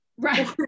Right